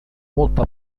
molto